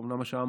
חקירה.